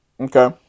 okay